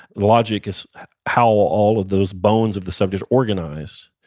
logic is how all of those bones of the subject organize,